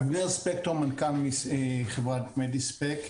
אבנר ספקטור מנכ"ל חברת מדיספק בבקשה.